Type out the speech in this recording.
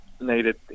needed